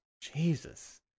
Jesus